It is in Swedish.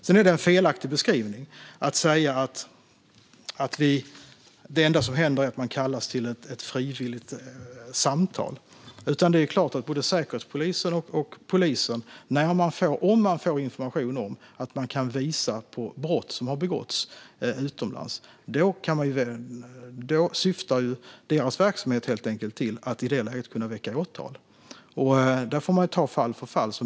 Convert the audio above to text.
Det är en felaktig beskrivning att säga att det enda som händer är att de kallas till ett frivilligt samtal. Om det finns information som visar att det har begåtts brott utomlands syftar Säkerhetspolisens och polisens verksamhet till att väcka åtal. Det får man titta på fall för fall.